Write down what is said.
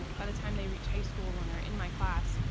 by the time they reach high school when they're in my class,